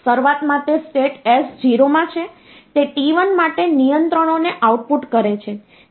શરૂઆતમાં તે state s0 માં છે તે t1 માટે નિયંત્રણોને આઉટપુટ કરે છે